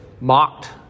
mocked